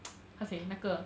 how to say 那个